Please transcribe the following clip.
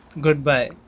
Goodbye